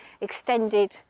extended